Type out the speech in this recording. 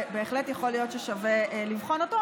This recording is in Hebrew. ובהחלט יכול להיות ששווה לבחון אותו,